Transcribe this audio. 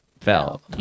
fell